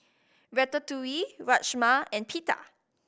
Ratatouille Rajma and Pita